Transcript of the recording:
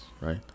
right